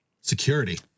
Security